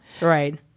Right